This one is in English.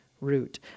root